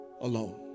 alone